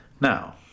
Now